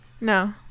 No